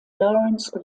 laurence